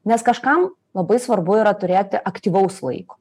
nes kažkam labai svarbu yra turėti aktyvaus laiko